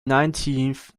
nineteenth